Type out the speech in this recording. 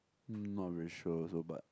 mm not very sure also but